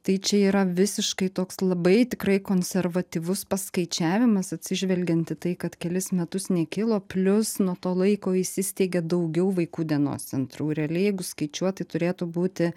tai čia yra visiškai toks labai tikrai konservatyvus paskaičiavimas atsižvelgiant į tai kad kelis metus nekilo plius nuo to laiko įsisteigė daugiau vaikų dienos centrų realiai jeigu skaičiuot tai turėtų būti